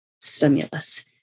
stimulus